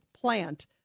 plant